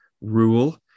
rule